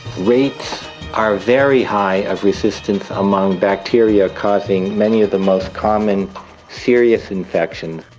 rates are very high of resistance among bacteria causing many of the most common serious infections.